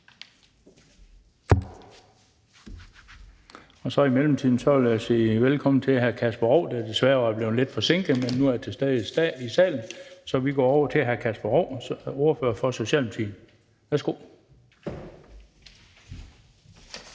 og i mellemtiden vil jeg sige velkommen til hr. Kasper Roug, der desværre var blevet lidt forsinket, men som nu er til stede i salen. Vi går over til hr. Kasper Roug, ordfører for Socialdemokratiet. Værsgo.